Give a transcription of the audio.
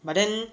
but then